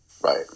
Right